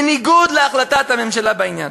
בניגוד להחלטת הממשלה בעניין,